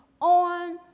on